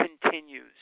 continues